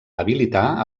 habilitar